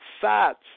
FATS